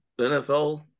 NFL